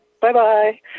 Bye-bye